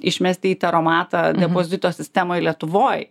išmesti į taromatą depozito sistemoj lietuvoj